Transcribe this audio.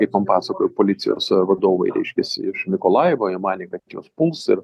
kaip man pasakojo policijos vadovai reiškiasi iš mikolajevo jie manė kad juos puls ir